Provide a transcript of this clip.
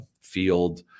field